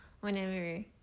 whenever